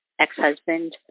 ex-husband